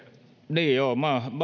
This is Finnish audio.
niin joo